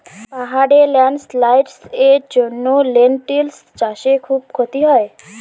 পাহাড়ে ল্যান্ডস্লাইডস্ এর জন্য লেনটিল্স চাষে খুব ক্ষতি হয়